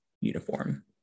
uniform